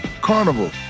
Carnival